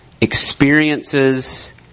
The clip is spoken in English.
experiences